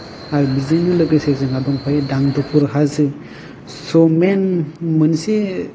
आरो बिजोंनो लोगोसे जोंहा दंफायो दांदुफुर हाजो स' मेन मोनसे